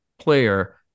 player